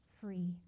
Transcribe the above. free